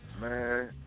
Man